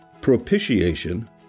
propitiation